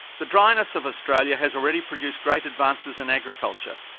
the dryness of australia has already produced great advances in agriculture,